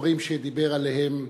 לדברים שדיבר עליהם